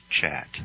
chat